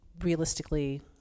realistically